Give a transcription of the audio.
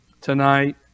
tonight